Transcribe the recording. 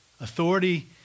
Authority